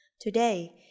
Today